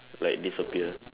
like disappear